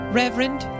reverend